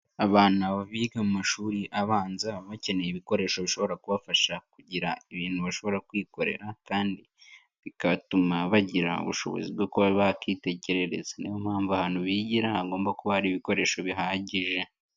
Abana biga amashuri abanza baba bakeneye ibikoresho bishobora kubafasha kugira ibintu bashobora kwikorera kandi bigatuma bagira ubushobozi bwo kuba bakitegerereza, ni yo mpamvu ahantu bigira hagomba kuba hari ibikoresho bihagije.